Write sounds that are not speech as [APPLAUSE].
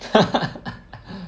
[LAUGHS]